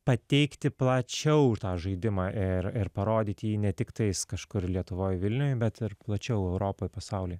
pateikti plačiau tą žaidimą ir ir parodyt jį ne tiktais kažkur lietuvoj vilniuj bet ir plačiau europoj pasauly